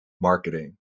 marketing